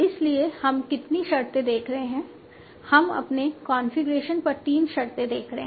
इसलिए हम कितनी शर्तें देख रहे हैं हम अपने कॉन्फ़िगरेशन पर तीन शर्तें देख रहे हैं